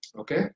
Okay